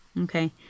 Okay